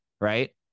Right